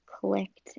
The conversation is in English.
clicked